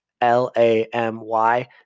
L-A-M-Y